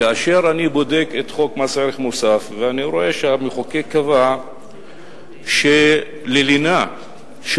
כאשר אני בודק את חוק מס ערך מוסף ואני רואה שהמחוקק קבע שללינה של